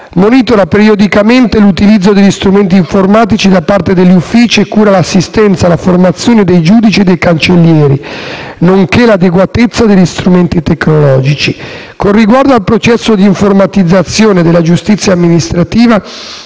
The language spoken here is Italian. monitora periodicamente l'utilizzo degli strumenti informatici da parte degli uffici e cura l'assistenza, la formazione dei giudici e dei cancellieri, nonché l'adeguatezza degli strumenti tecnologici. Con riguardo al processo d'informatizzazione della giustizia amministrativa,